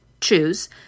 choose